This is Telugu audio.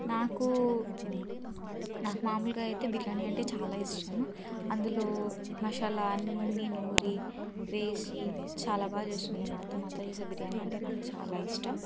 నాకు నాకు మామూలుగా అయితే బిర్యానీ అంటే చాలా ఇష్టం అందులో మసాలా అన్నీ నూరి వేసి చాలా బాగా చేస్తుంది మా అత్త మా అత్త చేసిన బిర్యానీ అంటే నాకు చాలా ఇష్టం